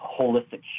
holistic